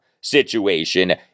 situation